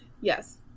Yes